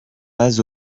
pas